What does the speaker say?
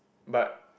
but